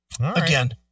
Again